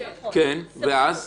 ואז?